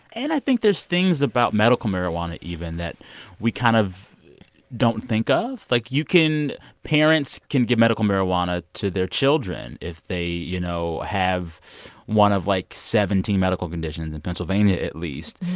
and i think there's things about medical marijuana even that we kind of don't think of. like, you can parents can give medical marijuana to their children if they, you know, have one of, like, seventeen medical conditions in pennsylvania, at least.